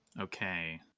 okay